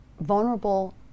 vulnerable